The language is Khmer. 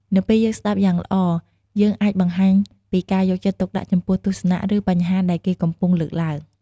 នៅពេលយើងស្តាប់យ៉ាងល្អ យើងអាចបង្ហាញការពីយកចិត្តទុកដាក់ចំពោះទស្សនៈ ឬបញ្ហាដែលគេកំពុងលើកឡើង។